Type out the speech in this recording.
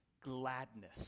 gladness